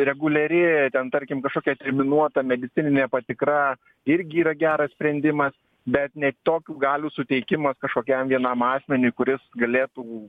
reguliari ten tarkim kažkokia terminuota medicininė patikra irgi yra geras sprendimas bet ne tokių galių suteikimas kažkokiam vienam asmeniui kuris galėtų